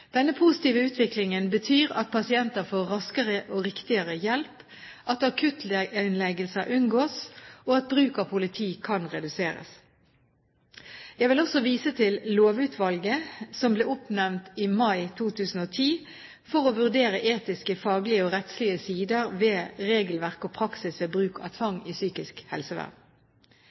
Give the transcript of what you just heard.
Denne positive utviklingen betyr at pasienter får raskere og riktigere hjelp, at akuttinnleggelser unngås, og at bruk av politi kan reduseres. Jeg vil også vise til lovutvalget som ble oppnevnt i mai 2010 for å vurdere etiske, faglige og rettslige sider ved regelverk og praksis ved bruk av tvang i psykisk helsevern.